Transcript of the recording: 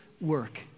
work